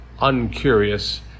uncurious